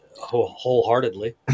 wholeheartedly